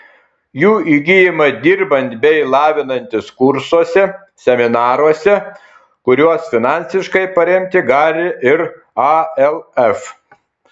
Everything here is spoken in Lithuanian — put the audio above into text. jų įgyjama dirbant bei lavinantis kursuose seminaruose kuriuos finansiškai paremti gali ir alf